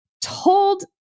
told